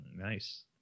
Nice